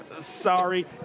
Sorry